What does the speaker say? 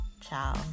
ciao